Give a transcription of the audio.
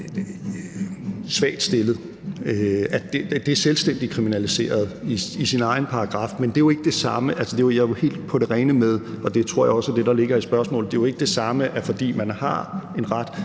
svagt stillet. Det er selvstændigt kriminaliseret i sin egen paragraf. Men jeg er helt på det rene med – og det tror jeg også er det der ligger i spørgsmålet – at det jo ikke er det samme, altså at man, fordi man har en ret,